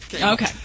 Okay